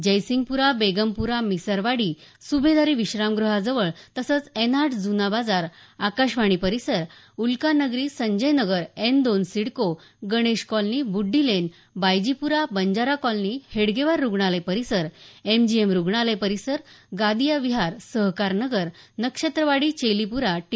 जयसिंगप्रा बेगमप्रा मिसरवाडी सुभेदारी विश्रामग्रहा जवळ तसंच एन आठ जुना बाजार आकाशवाणी परिसर उल्कानगरी संजय नगर एन दोन सिडको गणेश कॉलनी बुड्डीलेन बायजीपुरा बंजारा कॉलनी हेडगेवार रुग्णालय परिसर एमजीएम रुग्णालय परिसर गादिया विहार सहकार नगर नक्षत्रवाडी चेलीप्रा टी